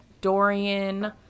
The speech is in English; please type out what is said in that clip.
dorian